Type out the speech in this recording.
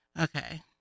Okay